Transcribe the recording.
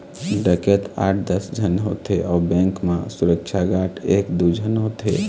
डकैत आठ दस झन होथे अउ बेंक म सुरक्छा गार्ड एक दू झन होथे